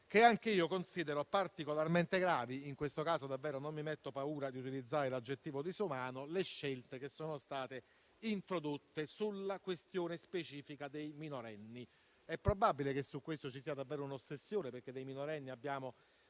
che anche io considero particolarmente gravi e in questo caso davvero non mi spavento ad utilizzare l'aggettivo «disumano», le scelte che sono state introdotte sulla questione specifica dei minorenni. È probabile che su questo ci sia davvero un'ossessione, perché dei minorenni abbiamo